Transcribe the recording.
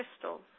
crystals